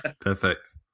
Perfect